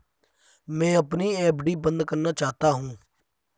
मैं अपनी एफ.डी बंद करना चाहता हूँ